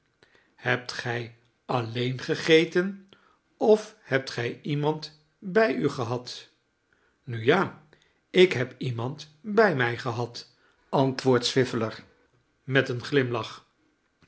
hebt gij alleen gegeten of hebt gij iemand bij u gehad nu ja ik heb iemand bij mij gehad antwoordt swiveller met een glimlach